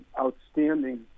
outstanding